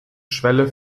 schwelle